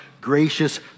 gracious